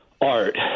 art